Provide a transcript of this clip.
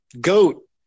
goat